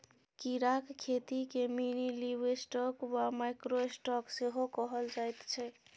कीड़ाक खेतीकेँ मिनीलिवस्टॉक वा माइक्रो स्टॉक सेहो कहल जाइत छै